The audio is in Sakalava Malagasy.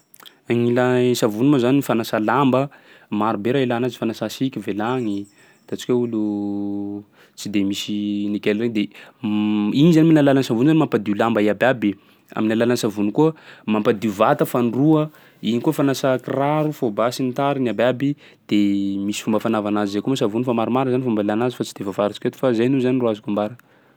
Gny ilà savony moa zany fanasà lamba, maro be raha ilana azy, fanasà siky, vilagny, ataontsika hoe olo tsy de misy nickel regny de igny zany amin'ny alalan'ny savony iny zany mampadio lamba iabiaby; amin'ny alalan'ny savony koa mampadio vata fandroa, iny koa fanasà kiraro, fôbà, sy ny tariny abiaby de misy fomba fanava anazy zay koa moa savony fa maromaro zany fomba ilana azy fa tsy de voafaritsiko eto fa zay aloha zany ro azoko ambara.